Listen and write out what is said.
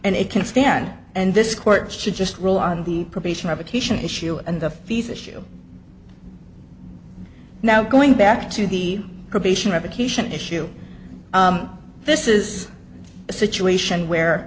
and it can stand and this court should just rule on the probation revocation issue and the fees issue now going back to the probation revocation issue this is a situation where